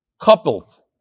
coupled